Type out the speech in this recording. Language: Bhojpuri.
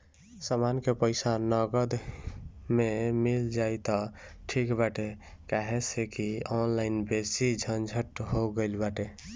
समान के पईसा नगद में मिल जाई त ठीक बाटे काहे से की ऑनलाइन बेसी झंझट हो गईल बाटे